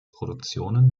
produktionen